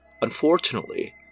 Unfortunately